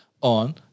on